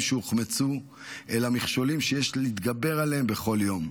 שהוחמצו אלא מכשולים שיש להתגבר עליהם בכל יום.